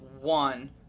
one